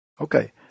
Okay